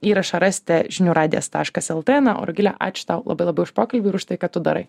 įrašą rasite žinių radijas taškas el tė na o rugile ačiū tau labai labai už pokalbį ir už tai ką tu darai